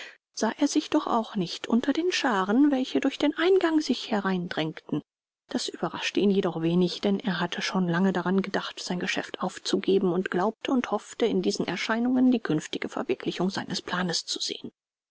sah er sich doch auch nicht unter den scharen welche durch den eingang sich herein drängten das überraschte ihn jedoch wenig denn er hatte schon lange daran gedacht sein geschäft aufzugeben und glaubte und hoffte in diesen erscheinungen die künftige verwirklichung seines planes zu sehen